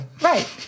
right